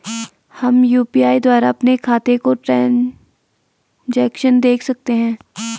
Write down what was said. हम यु.पी.आई द्वारा अपने खातों का ट्रैन्ज़ैक्शन देख सकते हैं?